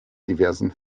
diversen